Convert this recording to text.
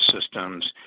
systems